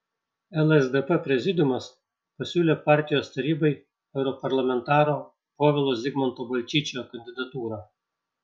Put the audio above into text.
lsdp prezidiumas pasiūlė partijos tarybai europarlamentaro povilo zigmanto balčyčio kandidatūrą